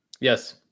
Yes